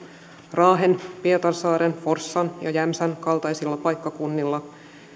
raahen pietarsaaren forssan ja jämsän kaltaisilla paikkakunnilla